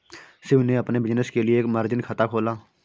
शिव ने अपने बिज़नेस के लिए एक मार्जिन खाता खोला